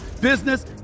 business